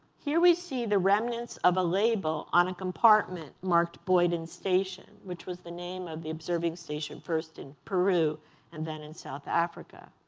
here we see the remnants of a label on a compartment marked boyden station, which was the name of the observing station first in peru and then in south africa.